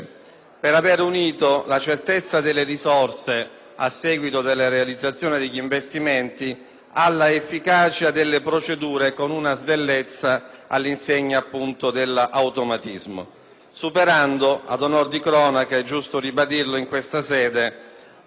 a seguito della realizzazione degli investimenti all'efficacia delle procedure, con una snellezza all'insegna dell'automatismo. In tal modo si sono superate - a onor di cronaca è giusto ribadirlo in questa sede - le pastoie burocratiche, spesso sfociate in